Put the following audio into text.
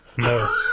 No